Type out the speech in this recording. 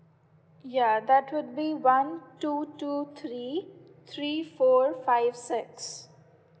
ya that would be one two two three three four five six